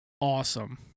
awesome